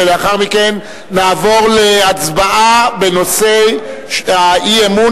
ולאחר מכן נעבור להצבעה בנושאי האי-אמון